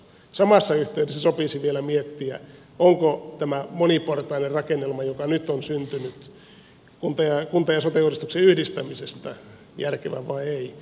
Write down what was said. samassa yhteydessä sopisi vielä miettiä onko tämä moniportainen rakennelma joka nyt on syntynyt kunta ja sote uudistuksen yhdistämisestä järkevä vai ei